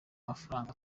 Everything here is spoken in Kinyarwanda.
mafaranga